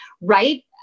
right